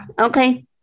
okay